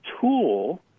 tool